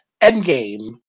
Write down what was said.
Endgame